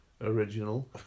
Original